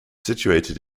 situated